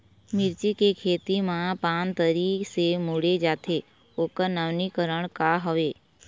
मिर्ची के खेती मा पान तरी से मुड़े जाथे ओकर नवीनीकरण का हवे?